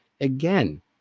Again